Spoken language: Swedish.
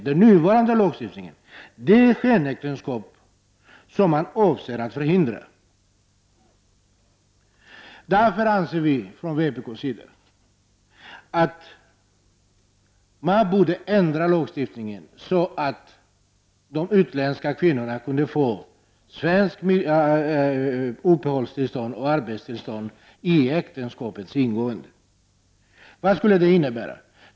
Den nuvarande lagstiftningen möjliggör skenäktenskap som man avser att förhindra. Därför anser vi ifrån vänsterpartiets sida att man borde ändra lagstiftningen så, att de utländska kvinnorna kunde få uppehållstillstånd och arbetstillstånd vid äktenskapets ingående. Vad skulle det innebära?